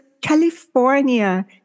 California